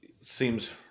seems